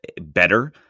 better